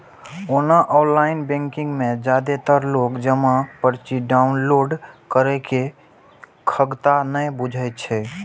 ओना online banking मे जादेतर लोक जमा पर्ची डॉउनलोड करै के खगता नै बुझै छै